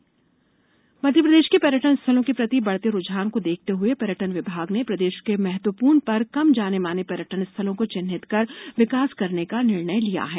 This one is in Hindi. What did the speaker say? पर्यटन स्थल मध्यप्रदेश के पर्यटन स्थलों के प्रति बढ़ते रूझान को देखते हुए पर्यटन विभाग ने प्रदेश के महत्वपूर्ण पर कम जाने माने पर्यटन स्थलों को चिन्हित कर विकसित करने का निर्णय लिया है